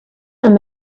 and